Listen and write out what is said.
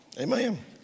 Amen